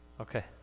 Okay